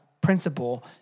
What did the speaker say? principle